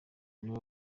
nibo